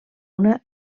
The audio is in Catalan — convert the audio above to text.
una